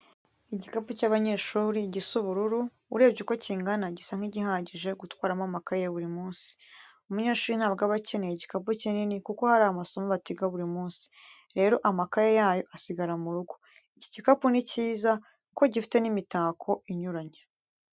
Igikapu cy'abanyeshuri gisa ubururu, urebye uko kingana gisa nk'igihagije, gutwaramo amakayi ya buri munsi, umunyeshuri ntabwo aba akeneye igikapu kinini kuko hari amasomo batiga buri munsi, rero amakaye yayo asigara mu rugo. Iki gikapu ni cyiza kuko gifite n'imitako inyuranye.